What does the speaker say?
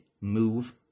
move